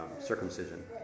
Circumcision